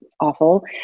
awful